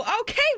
Okay